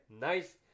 Nice